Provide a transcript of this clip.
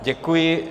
Děkuji.